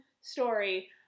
story